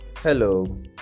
hello